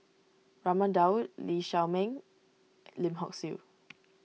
Raman Daud Lee Shao Meng Lim Hock Siew